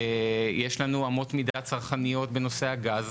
יש לנו אמות מידה צרכניות בנושא הגז,